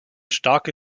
starke